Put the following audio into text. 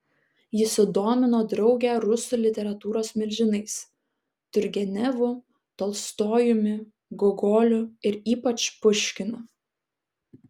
ji sudomino draugę rusų literatūros milžinais turgenevu tolstojumi gogoliu ir ypač puškinu